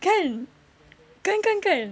kan kan kan kan